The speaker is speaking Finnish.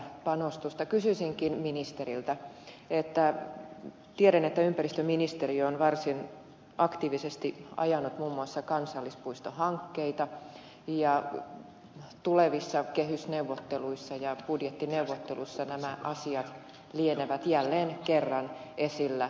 kysyisinkin ministeriltä kun tiedän että ympäristöministeriö on varsin aktiivisesti ajanut muun muassa kansallispuistohankkeita ja tulevissa kehysneuvotteluissa ja budjettineuvotteluissa nämä asiat lienevät jälleen kerran esillä